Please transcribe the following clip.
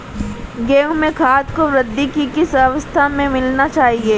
गेहूँ में खाद को वृद्धि की किस अवस्था में मिलाना चाहिए?